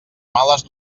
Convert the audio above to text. males